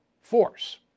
force